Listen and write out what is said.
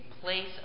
place